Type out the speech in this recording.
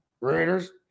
Raiders